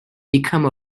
become